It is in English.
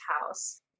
house